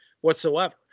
whatsoever